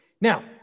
now